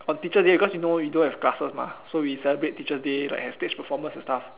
on teacher's day because you know we don't have classes so we celebrate teacher's day like have performance and stuff